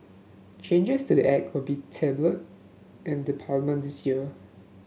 changes to the Act will be tabled in the Parliament this year